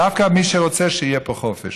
דווקא מי שרוצה שיהיה פה חופש,